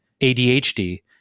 ADHD